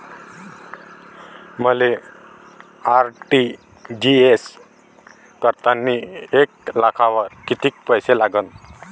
मले आर.टी.जी.एस करतांनी एक लाखावर कितीक पैसे लागन?